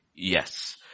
Yes